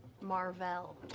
Marvel